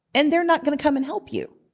and they're not going to come and help you.